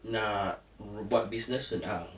nak buat business senang